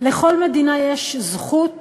לכל מדינה יש זכות